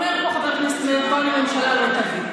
אומר פה חבר הכנסת מאיר כהן: הממשלה לא תביא.